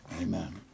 Amen